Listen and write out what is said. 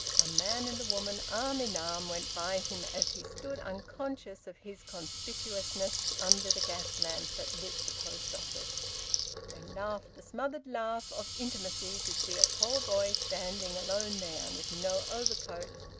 a man and a woman, arm-in-arm, went by him as he stood unconscious of his conspicuousness under the gas-lamp that lit the post-office. they laughed the smothered laugh of intimacy to see a tall boy standing alone there, with no overcoat,